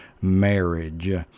marriage